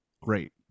Great